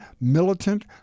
militant